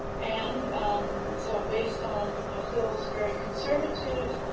and so based on phil's very conservative